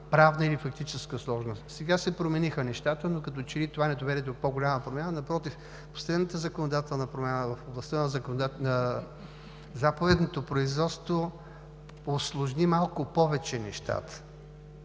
правна или фактическа сложност. Сега нещата се промениха, но това като че ли не доведе до по-голяма промяна. Напротив, последната законодателна промяна в областта на заповедното производство усложни малко повече нещата.